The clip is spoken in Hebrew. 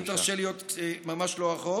אם תרשה לי עוד, ממש לא ארוך.